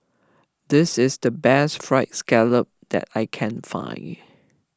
this is the best Fried Scallop that I can find